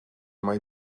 mae